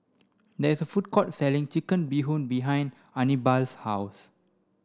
there is a food court selling chicken bee hoon behind Anibal's house